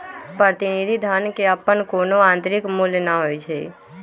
प्रतिनिधि धन के अप्पन कोनो आंतरिक मूल्य न होई छई